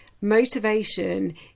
motivation